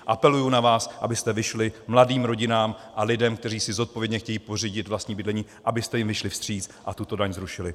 Apeluji na vás, abyste vyšli mladým rodinám a lidem, kteří si zodpovědně chtějí pořídit vlastní bydlení, abyste jim vyšli vstříc a tuto daň zrušili.